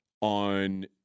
on